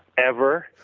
ever